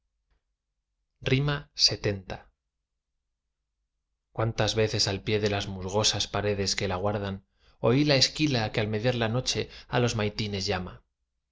lxx cuántas veces al pie de las musgosas paredes que la guardan oí la esquila que al mediar la noche a los maitines llama